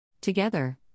Together